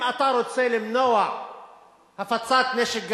אם אתה רוצה למנוע הפצת נשק גרעיני,